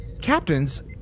Captains